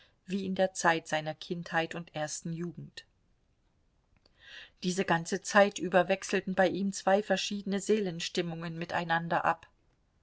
wie in der zeit seiner kindheit und ersten jugend diese ganze zeit über wechselten bei ihm zwei verschiedene seelenstimmungen miteinander ab